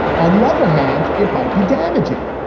on the other hand, it might be damaging.